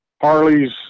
Harley's